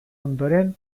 ondoren